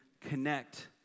connect